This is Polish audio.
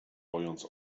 pojąc